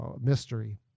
mystery